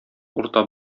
урта